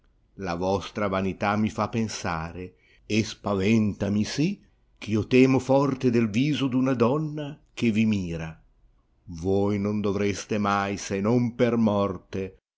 la vostra vanità mi fa pensare spaventami sì eh io temo forte del viso d una donna che vi mira voi non dovreste mai se pon per morte